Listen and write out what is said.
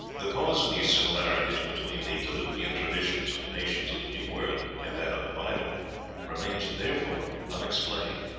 the cause of these similarities between the diluvian traditions of the nations of the new world and that of the bible remains therefore unexplained.